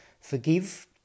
forgive